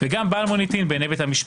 וגם בעל מוניטין בעיני בית המשפט.